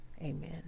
Amen